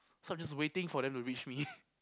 so I'm just waiting for them to reach me